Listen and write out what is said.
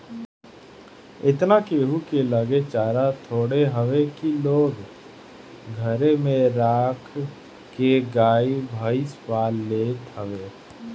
एतना केहू के लगे चारा थोड़े हवे की लोग घरे में राख के गाई भईस पाल लेत हवे